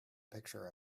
picture